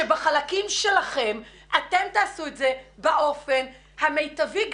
שבחלקים שלכם אתם תעשו את זה באופן המיטבי,